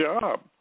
job